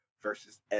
versus